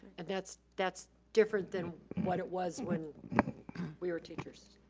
and that's that's different than what it was when we're teachers.